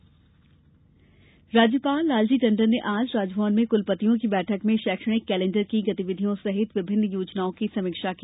राज्यपाल राज्यपाल लालजी टंडन ने आज राजभवन में कुलपतियों की बैठक में शैक्षणिक कैलेंडर की गतिविधियों सहित विभिन्न योजनाओं की समीक्षा की